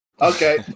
okay